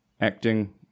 acting